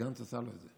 גנץ עשה לו את זה.